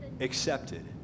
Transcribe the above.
accepted